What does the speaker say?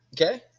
Okay